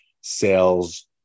sales